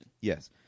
Yes